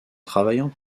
travaillant